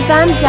Van